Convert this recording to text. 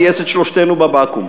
גייס את שלושתנו בבקו"ם.